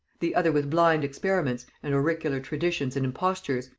the other with blind experiments and auricular traditions and impostures,